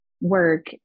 work